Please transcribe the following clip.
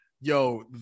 yo